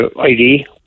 ID